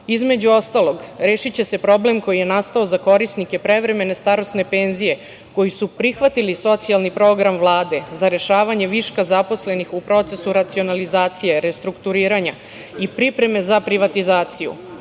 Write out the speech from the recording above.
Između ostalog, rešiće se problem koji je nastao za korisnike prevremene starosne penzije koji su prihvatili socijalni program Vlade za rešavanje viška zaposlenih u procesu racionalizacije, restrukturiranja i pripreme za privatizaciju. Ovom